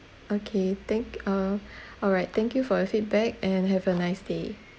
okay thank uh all right thank you for your feedback and have a nice day